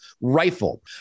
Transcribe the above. rifle